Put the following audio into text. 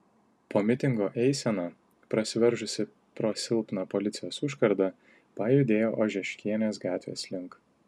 po mitingo eisena prasiveržusi pro silpną policijos užkardą pajudėjo ožeškienės gatvės link